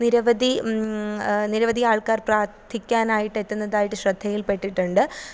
നിരവധി നിരവധി ആൾക്കാർ പ്രാർത്ഥിക്കാനായിട്ട് എത്തുന്നതായിട്ട് ശ്രദ്ധയിൽ പെട്ടിട്ടുണ്ട്